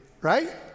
right